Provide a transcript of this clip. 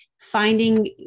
finding